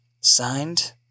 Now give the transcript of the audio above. Signed